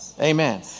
Amen